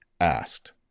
asked